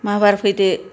माबार फैदो